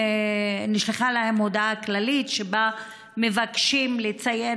נשלחה אליהם הודעה כללית שבה מבקשים לציין